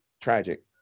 tragic